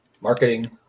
marketing